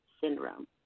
syndrome